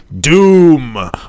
Doom